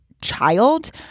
child